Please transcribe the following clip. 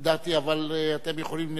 אבל אתם יכולים להרגיש את עצמכם,